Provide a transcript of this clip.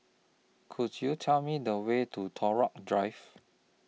Could YOU Tell Me The Way to Drive